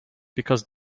because